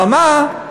אבל מה,